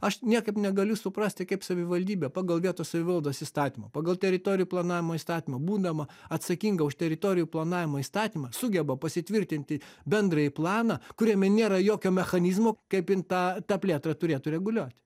aš niekaip negaliu suprasti kaip savivaldybė pagal vietos savivaldos įstatymą pagal teritorijų planavimo įstatymą būdama atsakinga už teritorijų planavimo įstatymą sugeba pasitvirtinti bendrąjį planą kuriame nėra jokio mechanizmo kaip jin tą tą plėtrą turėtų reguliuoti